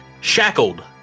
shackled